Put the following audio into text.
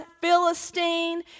Philistine